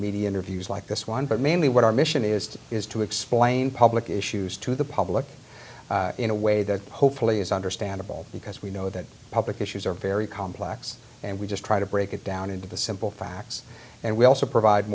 media interviews like this one but mainly what our mission is to is to explain public issues to the public in a way that hopefully is understandable because we know that public issues are very complex and we just try to break it down into the simple facts and we also provide